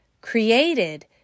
created